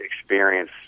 experience